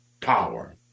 power